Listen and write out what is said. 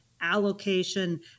allocation